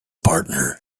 partner